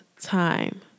time